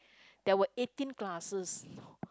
there were eighteen classes